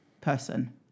person